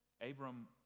Abram